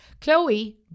Chloe